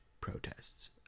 protests